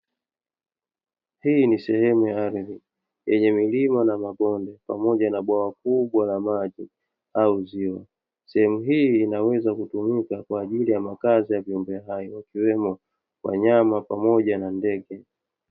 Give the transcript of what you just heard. Hii ni sehemu ya ardhi yenye milima na mabonde pamoja na bwawa kubwa la maji au ziwa, sehemu hii inaweza kutumika kwa ajili ya makazi ya viumbe hai ikiwemo wanyama pamoja na ndege.